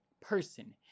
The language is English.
person